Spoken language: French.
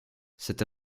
cette